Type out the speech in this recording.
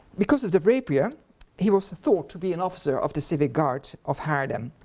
because of the rapier he was thought to be an officer of the civic guard of haarlem.